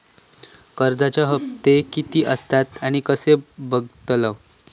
कर्जच्या हप्ते किती आसत ते कसे बगतलव?